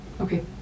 Okay